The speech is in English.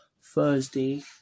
Thursday